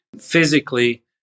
physically